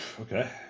Okay